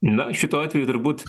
na šituo atveju turbūt